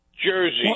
Jersey